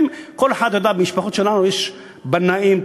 במשפחות שלנו יש בנאים,